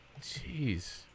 Jeez